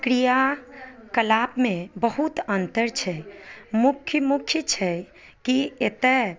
क्रिया कलाप मे बहुत अन्तर छै मुख्य मुख्य छै की एते